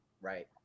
right